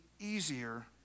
easier